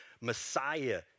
Messiah